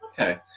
Okay